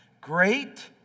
Great